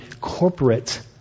corporate